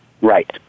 Right